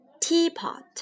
teapot